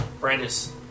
Brandis